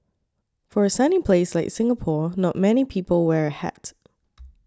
for a sunny place like Singapore not many people wear a hat